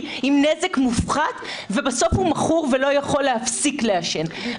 עם נזק מופחת ובסוף הוא מכור ולא יכול להפסיק לעשן.